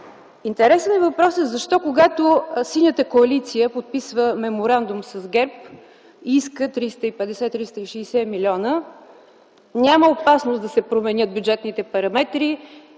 Интересен е въпросът: Защо, когато Синята коалиция подписва Меморандум с ГЕРБ и иска 350-360 млн., няма опасност да се променят бюджетните параметри,